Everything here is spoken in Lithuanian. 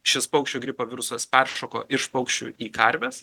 šis paukščių gripo virusas peršoko iš paukščių į karves